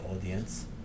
audience